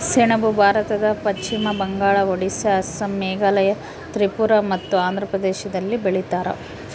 ಸೆಣಬು ಭಾರತದ ಪಶ್ಚಿಮ ಬಂಗಾಳ ಒಡಿಸ್ಸಾ ಅಸ್ಸಾಂ ಮೇಘಾಲಯ ತ್ರಿಪುರ ಮತ್ತು ಆಂಧ್ರ ಪ್ರದೇಶದಲ್ಲಿ ಬೆಳೀತಾರ